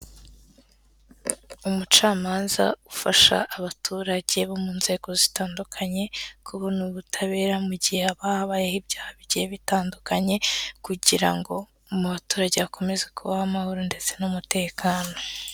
Umucamanza ufasha abaturage bo mu nzego zitandukanye, kubona ubutabera mu gihe haba habayeho ibyaha bigiye bitandukanye kugira ngo umuturage akomeze kubaho mu mahoro ndetse n'umutekano.